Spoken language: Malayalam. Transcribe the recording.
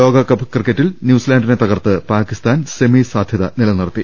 ലോകകപ്പ് ക്രിക്കറ്റിൽ ന്യൂസിലാന്റിനെ തകർത്ത് പാകിസ്താൻ സെമി സാധ്യത നിലനിർത്തി